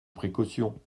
précaution